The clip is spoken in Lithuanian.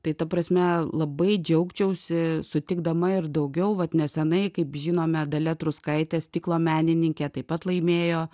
tai ta prasme labai džiaugčiausi sutikdama ir daugiau vat nesenai kaip žinome dalia truskaitė stiklo menininkė taip pat laimėjo